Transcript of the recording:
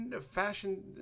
Fashion